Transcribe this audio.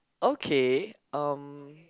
okay um